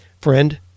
friend